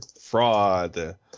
fraud